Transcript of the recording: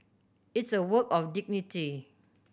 it's a work of dignity